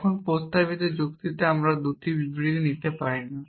এখন প্রস্তাবিত যুক্তিতে আমি এই 2টি বিবৃতি নিতে পারি না